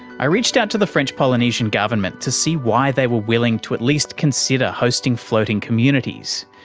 i reached out to the french polynesian government to see why they were willing to at least consider hosting floating communities,